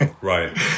Right